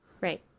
Right